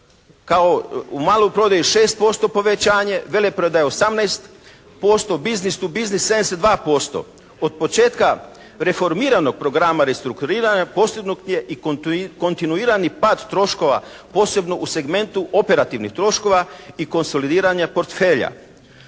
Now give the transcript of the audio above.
kao u maloprodaji 6% povećanje, veleprodaja 18%, business too business 72%. Od početka reformiranog programa restrukturiranja postignut je i kontinuirani pad troškova posebno u segmentu operativnih troškova i konsolidiranje portfelja.